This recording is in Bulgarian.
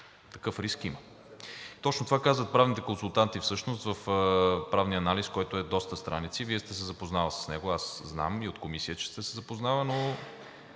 Такъв риск има. Точно това казват всъщност правните консултанти в правния анализ, който е доста страници. Вие сте се запознали с него. Аз знам и от Комисията, че сте се запознали, но